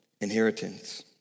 inheritance